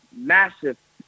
massive